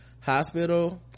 hospital